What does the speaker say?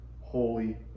holy